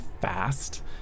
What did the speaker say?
fast